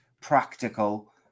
practical